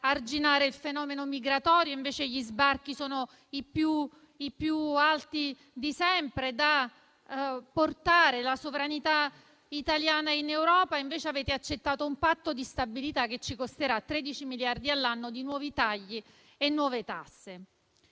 arginare il fenomeno migratorio, invece il numero degli sbarchi è il più alto di sempre; portare la sovranità italiana in Europa, mentre avete accettato un Patto di stabilità che ci costerà 13 miliardi all'anno di nuovi tagli e nuove tasse.